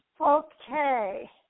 Okay